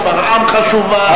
שפרעם חשובה.